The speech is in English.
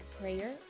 prayer